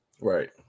Right